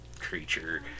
creature